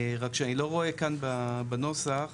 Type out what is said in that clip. רק שאני לא רואה כאן מבחינת הנוסח